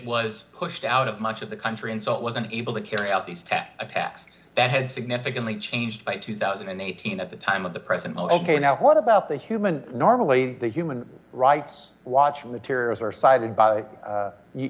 was pushed out of much of the country and so it wasn't able to carry out these two attacks that had significantly changed by two thousand and eighteen at the time of the present ok now what about the human normally the human rights watch retires or side by